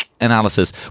analysis